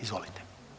Izvolite.